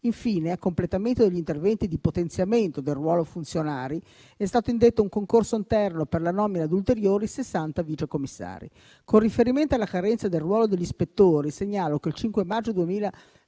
Infine, a completamento degli interventi di potenziamento del ruolo funzionari, è stato indetto un concorso interno per la nomina di ulteriori 60 vice commissari. Con riferimento alla carenza del ruolo degli ispettori, segnalo che il 5 maggio 2024